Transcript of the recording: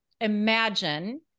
imagine